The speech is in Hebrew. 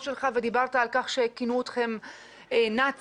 שלך ודיברת על כך שכינו אתכם נאצים.